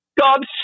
God